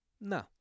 No